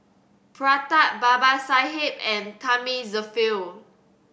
Pratap Babasaheb and Thamizhavel